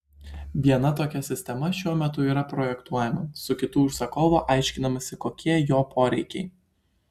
viena tokia sistema šiuo metu yra projektuojama su kitu užsakovu aiškinamasi kokie jo poreikiai